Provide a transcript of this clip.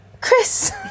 Chris